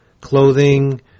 clothing